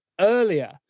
earlier